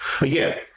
again